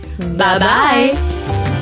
Bye-bye